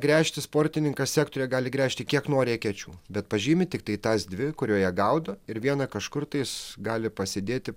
gręžti sportininkas sektoriuje gali gręžti kiek nori ekečių bet pažymi tiktai tas dvi kurioje gaudo ir vieną kažkur tais gali pasidėti